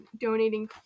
donating